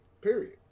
period